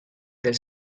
del